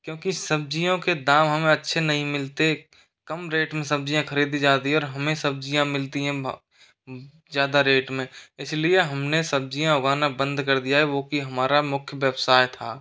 क्योंकि सब्ज़ियों के दाम हमें अच्छे नहीं मिलते कम रेट में सब्ज़ियाँ खरीदी जाती है और हमें सब्ज़ियाँ मिलती हैं भा ज़्यादा रेट में इसलिए हमने सब्ज़ियाँ उगाना बंद कर दिया है वो कि हमारा मुख्य व्यवसाय था